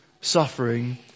suffering